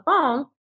phone